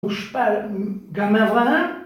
מושפל, גם אברהם